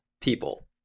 people